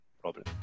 problem